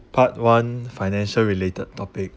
part one financial related topic